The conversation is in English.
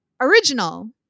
Original